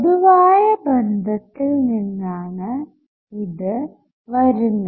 പൊതുവായ ബന്ധത്തിൽ നിന്നാണ് ഇത് വരുന്നത്